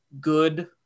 good